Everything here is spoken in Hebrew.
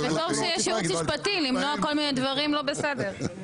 וטוב שיש ייעוץ משפטי למנוע כל מיני דברים לא בסדר.